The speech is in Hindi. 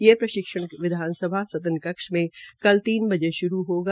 ये प्रशिक्षण विधानसभा सदन कक्ष में कल तीन बजे श्रू होगा